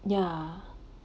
yeah